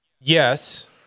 Yes